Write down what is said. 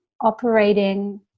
operating